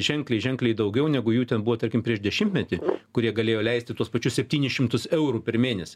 ženkliai ženkliai daugiau negu jų ten buvo tarkim prieš dešimtmetį kur jie galėjo leisti tuos pačius septynis šimtus eurų per mėnesį